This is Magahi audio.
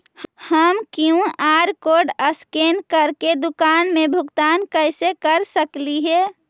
हम कियु.आर कोड स्कैन करके दुकान में भुगतान कैसे कर सकली हे?